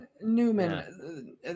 Newman